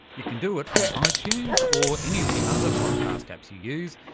you can do it on ah itunes or any of the other podcast apps you use.